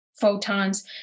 photons